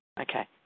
Okay